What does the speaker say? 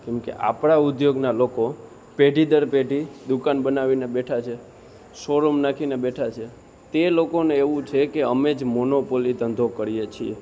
કેમકે આપળા ઉદ્યોગના લોકો પેઢી દર પેઢી દુકાન બનાવીને બેઠા છે શોરૂમ નાખીને બેઠા છે તે લોકોને એવું છે કે અમે જ મોનોપોલી ધંધો કરીએ છીએ